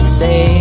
say